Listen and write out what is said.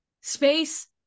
space